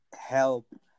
help